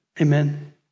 Amen